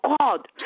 God